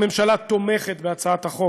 הממשלה תומכת בהצעת החוק